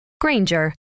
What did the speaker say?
Granger